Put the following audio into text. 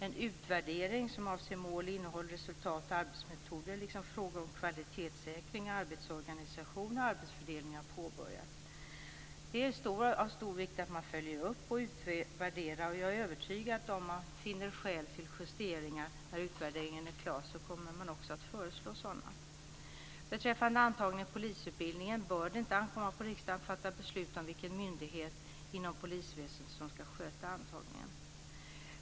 En utvärdering som avser mål, innehåll, resultat, arbetsmetoder liksom frågor om kvalitetssäkring, arbetsorganisation och arbetsfördelning har påbörjats. Det är av stor vikt att man följer upp och utvärderar, och jag är övertygad om att om man finner skäl till justeringar när utvärderingen är klar, kommer man också att föreslå sådana. Beträffande antagning till polisutbildningen bör det inte ankomma på riksdagen att fatta beslut om vilken myndighet inom polisväsendet som ska sköta antagningen.